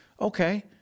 Okay